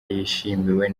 yishimiwe